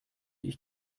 ich